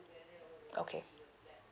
okay